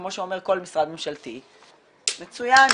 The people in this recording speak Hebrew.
כמו שאומר כל משרד ממשלתי: מצוין,